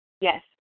Yes